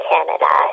Canada